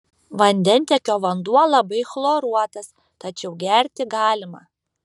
vandentiekio vanduo labai chloruotas tačiau gerti galima